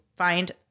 Find